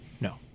No